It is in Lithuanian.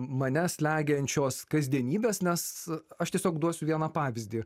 mane slegiančios kasdienybės nes aš tiesiog duosiu vieną pavyzdį